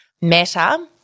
Meta